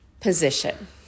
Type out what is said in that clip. position